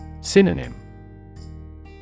Synonym